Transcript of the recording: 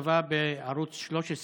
הכתבה בערוץ 13